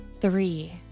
three